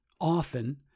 often